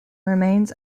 remains